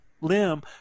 limb